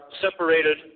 separated